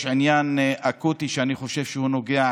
יש עניין אקוטי שאני חושב שהוא נוגע,